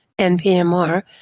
NPMR